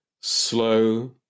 slow